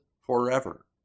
forever